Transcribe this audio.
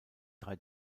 drei